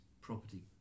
property